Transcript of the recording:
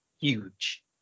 huge